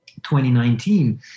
2019